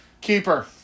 Keeper